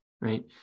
Right